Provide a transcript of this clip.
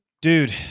Dude